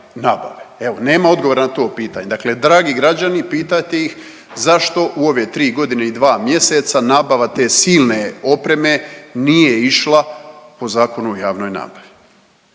Evo nema odgovora na to pitanje. Dakle dragi građani pitajte ih zašto u ove 3.g. i 2 mjeseca nabava te silne opreme nije išla po Zakonu o javnoj nabavi?